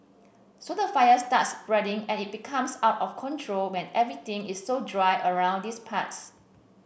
so the fire starts spreading and it becomes out of control when everything is so dry around these parts